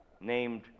Named